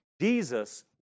jesus